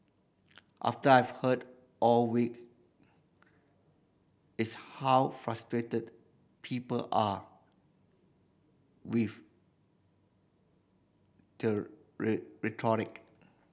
after I've heard all weeks is how frustrated people are with rhetoric